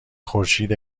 خورشید